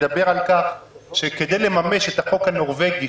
מדבר על כך שכדי לממש את החוק הנורווגי,